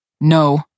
No